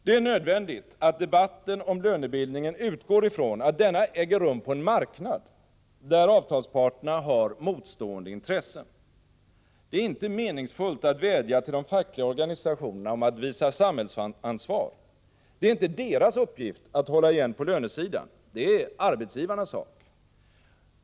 Det är nödvändigt att debatten om lönebildningen utgår från att denna äger rum på en marknad, där avtalsparterna har motstående intressen. Det är inte meningsfullt att vädja till de fackliga organisationerna om att visa samhällsansvar. Det är inte deras uppgift att hålla igen på lönesidan — det är arbetsgivarnas sak.